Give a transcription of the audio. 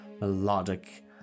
melodic